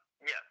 Yes